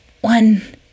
One